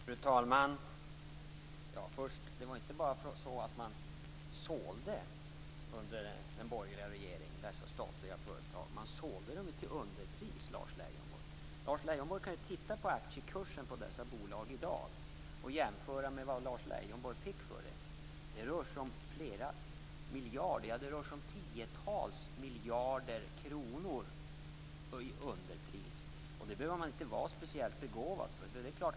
Fru talman! Det var inte bara så att man sålde dessa statliga företag under den borgerliga regeringen. Man sålde dem till underpris, Lars Leijonborg. Lars Leijonborg kan ju titta på aktiekursen på dessa bolag i dag och jämföra med vad Lars Leijonborg fick för dem. Det rör sig om tiotals miljarder kronor i underpris. Man behöver inte vara speciellt begåvad för att se detta.